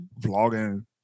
vlogging